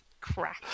Crap